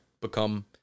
become